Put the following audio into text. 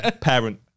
Parent